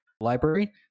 library